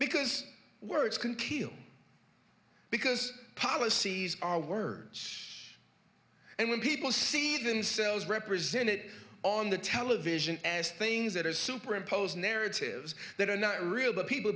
because words can kill because policies are words and when people see themselves represented on the television as things that are superimposed narratives that are not real but people